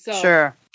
Sure